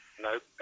Nope